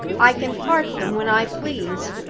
i can part them when i please!